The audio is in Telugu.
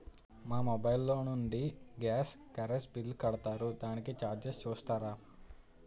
మా మొబైల్ లో నుండి గాస్, కరెన్ బిల్ కడతారు దానికి చార్జెస్ చూస్తారా?